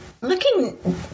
Looking